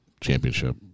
championship